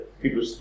people